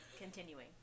Continuing